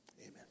Amen